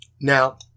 Now